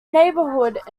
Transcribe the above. neighbourhood